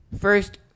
first